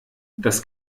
das